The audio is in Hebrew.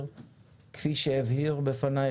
אנחנו ממשיכים דיון בפרק י'